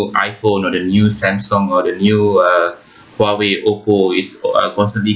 iPhone or the new Samsung or the new uh Huawei Oppo is uh constantly